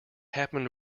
happened